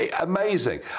amazing